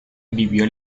vivió